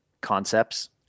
concepts